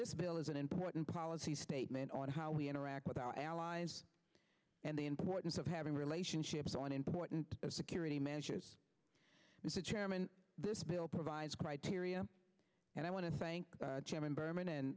this bill is an important policy statement on how we interact with our allies and the importance of having relationships on important security measures and to chairman this bill provides criteria and i want to thank chairman berman and